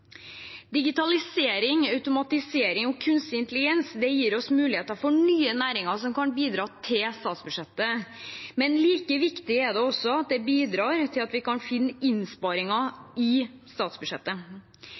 Digitalisering, automatisering og kunstig intelligens gir oss muligheter for nye næringer som kan bidra til statsbudsjettet. Men like viktig er det også at det bidrar til at vi kan finne